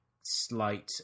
slight